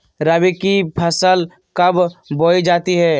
रबी की फसल कब बोई जाती है?